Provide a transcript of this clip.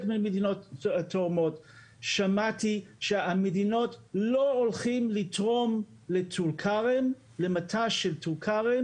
מהמדינות התאומות שמעתי שהמדינות לא הולכות לתרום למט"ש של טול כרם,